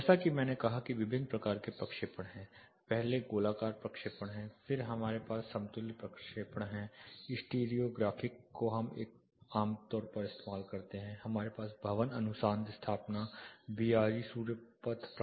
जैसा कि मैंने कहा कि विभिन्न प्रकार के प्रक्षेपण हैं पहले गोलाकार प्रक्षेपण है फिर हमारे पास समतुल्य प्रक्षेपण है स्टीरियोग्राफिक को हम आमतौर पर उपयोग करते हैं हमारे पास भवन अनुसंधान स्थापना BRE सूर्य पथ प्रक्षेपण भी है